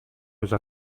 өзү